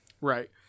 Right